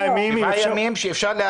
השבעה ימים הם החלטת ממשלה,